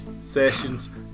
Sessions